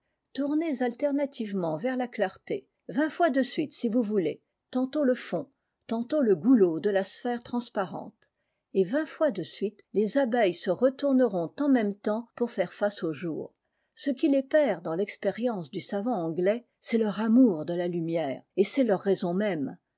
tournez alternativement vers la clarté vingt fois de suite si vous voulez tantôt le fond tantôt le goulot de la sphère transparente et vingt fois de suite les abeilles se retourneront en même temps pour faire face au jour ce qui les perd dans l'expérience du savant anglais c'est leur amour de la lumière et c'est leur raison même